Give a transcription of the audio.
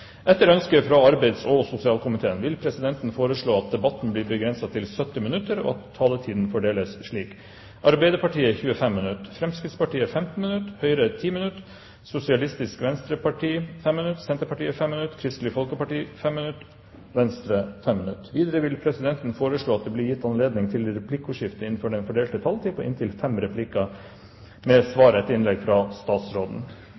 sosialkomiteen vil presidenten foreslå at debatten blir begrenset til halvannen time, og at taletiden fordeles slik: Arbeiderpartiet 35 minutter, Fremskrittspartiet 20 minutter, Høyre 15 minutter, Sosialistisk Venstreparti 5 minutter, Senterpartiet 5 minutter, Kristelig Folkeparti 5 minutter og Venstre 5 minutter. Videre vil presidenten foreslå at det blir gitt anledning til replikkordskifte på inntil fem replikker med svar etter innlegget fra statsråden innenfor den fordelte taletid.